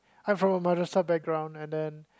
I'm from a madrasah background and then